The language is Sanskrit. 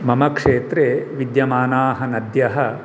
मम क्षेत्रे विद्यमानाः नद्यः